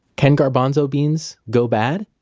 can garbanzo beans go bad?